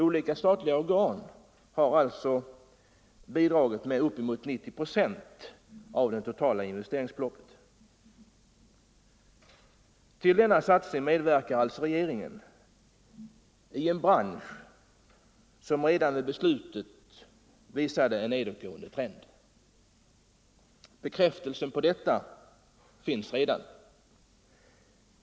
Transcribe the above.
Olika statliga organ har således bidragit med uppemot 90 96 av det totala investeringsbeloppet. Regeringen medverkar alltså till denna satsning i en bransch som redan vid beslutets fattande visade en nedåtgående trend. Bekräftelser på detta finns redan.